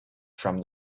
from